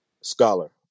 Scholar